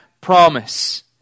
promise